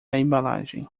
embalagem